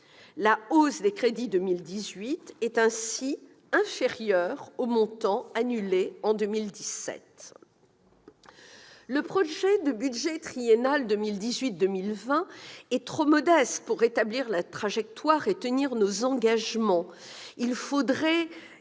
La hausse des crédits pour 2018 est ainsi inférieure au montant annulé en 2017 ... Le projet de budget triennal 2018-2020 est trop modeste pour rétablir la trajectoire ; il serait